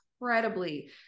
incredibly